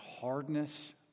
hardness